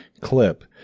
clip